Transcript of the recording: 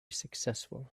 successful